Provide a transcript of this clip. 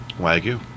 Wagyu